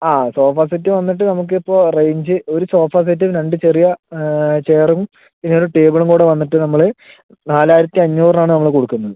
ആ sofa set വന്നിട്ട് നമുക്ക് ഇപ്പോൾ റേഞ്ച് ഒര് സോഫാ സെറ്റിന് രണ്ട് ചെറിയ ചെയറും പിന്ന ഒര് ടേബിളും കൂടെ വന്നിട്ട് നമ്മള് നാലായിരത്തി അഞ്ഞൂറിനാണ് നമ്മള് കൊടുക്കുന്നത്